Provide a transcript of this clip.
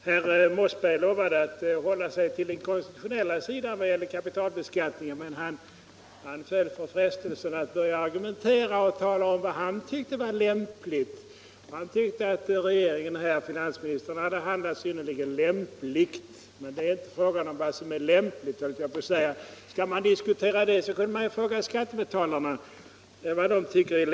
Herr talman! Herr Mossberg lovade att hålla sig till den konstitutionella sidan vad gäller kapitalbeskattningen, men han föll för frestelsen att börja argumentera och tala om vad han tyckte var lämpligt. Han tyckte att finansministern hade handlat synnerligen lämpligt, men här är det inte fråga om vad som är lämpligt — vi kunde ju fråga skattebetalarna vad de tycker.